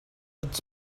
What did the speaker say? its